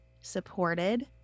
supported